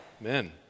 Amen